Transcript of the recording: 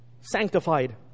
sanctified